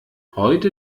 heute